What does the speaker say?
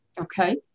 Okay